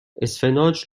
اسفناج